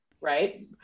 right